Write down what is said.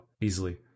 Easily